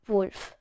Wolf